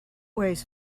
weighs